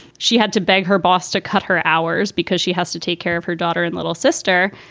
she had to beg her boss to cut her hours because she has to take care of her daughter and little sister.